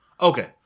Okay